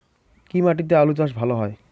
কি মাটিতে আলু চাষ ভালো হয়?